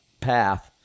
path